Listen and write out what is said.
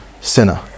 sinner